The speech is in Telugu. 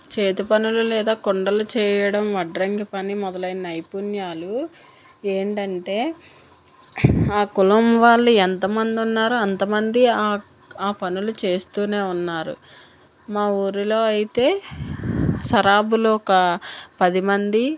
చేతి పనులు లేదా కుండలు చేయడం వడ్రంగి పని మొదలైన నైపుణ్యాలు ఏంటంటే ఆ కులం వాళ్ళు ఎంతమందున్నారు అంతమంది ఆ పనులు చేస్తూనే ఉన్నారు మా ఊరిలో అయితే సరాబులు ఒక పదిమంది